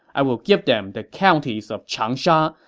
i will give them the counties of changsha,